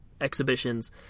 exhibitions